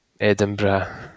Edinburgh